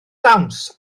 dawns